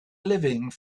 living